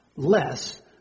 less